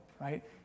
right